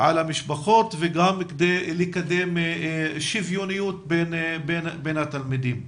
על המשפחות וגם כדי לקדם שוויוניות בין התלמידים.